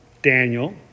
Daniel